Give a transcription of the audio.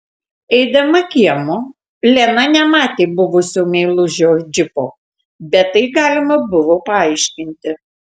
eidama kiemu lena nematė buvusio meilužio džipo bet tai galima buvo paaiškinti